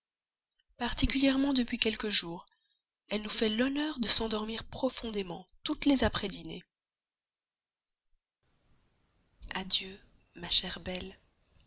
particulièrement depuis quelques jours elle nous fait l'honneur de s'endormir profondément toutes les après dînées adieu ma chère belle